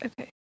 Okay